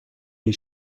این